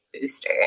booster